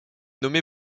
nommé